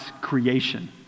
creation